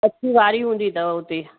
अच्छी वारी हूंदी अथव हूते